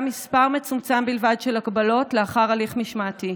מספר מצומצם בלבד של הגבלות לאחר הליך משמעתי.